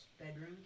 bedroom